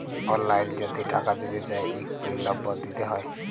অললাইল যদি টাকা দিতে চায় ইক পিল লম্বর দিতে হ্যয়